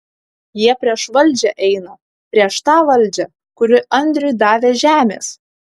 jie prieš valdžią eina prieš tą valdžią kuri andriui davė žemės